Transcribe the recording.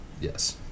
yes